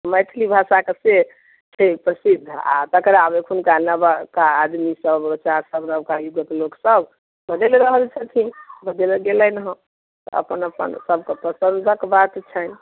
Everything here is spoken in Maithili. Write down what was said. मैथिली भाषा के से छै प्रसिद्ध आ तकरा आब एखुनका नबका आदमी सब बच्चा सब नबका युगक लोक सब बदलि रहल छथिन बदैले गेलै हँ अपन अपन सब के पसंदक बात छनि